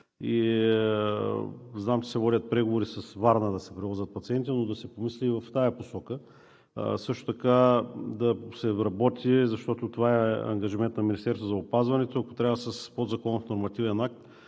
знам, че се водят преговори във Варна да се превозят пациенти, но да се помисли и в тази посока. Също така да се работи, защото това е ангажимент на Министерството на здравеопазването, ако трябва с подзаконов нормативен акт